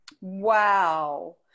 Wow